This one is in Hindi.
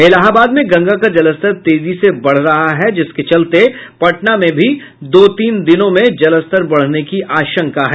इलाहाबाद में गंगा का जलस्तर तेजी से बढ़ रहा है जिसके चलते पटना में भी दो तीन दिनों में जलस्तर बढ़ने की आशंका है